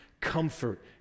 comfort